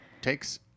takes